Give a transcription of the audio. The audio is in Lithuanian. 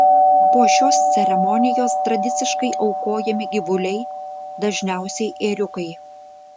po šios ceremonijos tradiciškai aukojami gyvuliai dažniausiai ėriukai